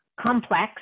complex